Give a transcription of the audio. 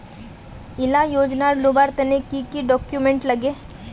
इला योजनार लुबार तने की की डॉक्यूमेंट लगे?